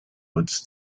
roads